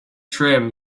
trim